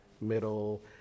middle